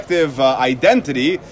identity